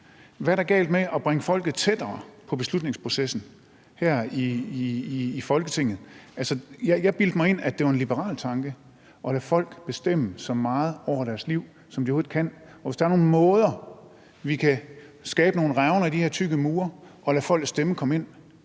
Hvad er der galt i at bringe folk tættere på beslutningsprocessen her i Folketinget? Jeg bildte mig ind, at det var en liberal tanke at lade folk bestemme så meget over deres liv, som de overhovedet kan. Og hvis der er nogle måder, hvorpå vi kan skabe nogle revner i de her tykke mure og lade folkets stemme komme ind,